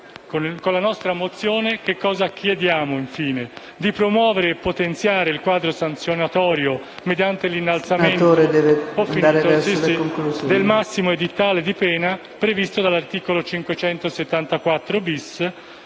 nella nostra mozione chiediamo: di promuovere e potenziare il quadro sanzionatorio mediante l'innalzamento del massimo edittale di pena previsto dall'articolo 574-*bis*.